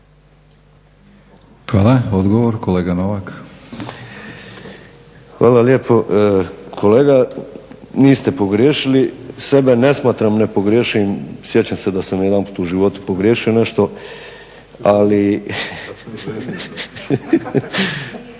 - Stranka rada)** Hvala lijepo. Kolega niste pogriješili, sebe ne smatram nepogrješivim. Sjećam se da sam jedanput u životu pogriješio nešto, ali